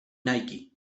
nike